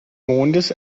mondes